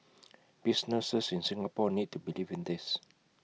businesses in Singapore need to believe in this